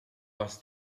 was